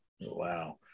Wow